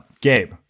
Gabe